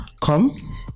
Come